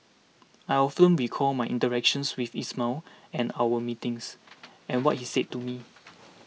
I often recall my interactions with Ismail and our meetings and what he said to me